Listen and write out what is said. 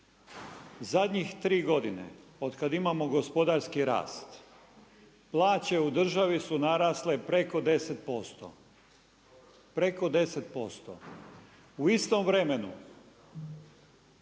Zadnjih 3 godine, od kad imamo gospodarski rast, plaće u državi su narasle preko 10%, u istom vremenu,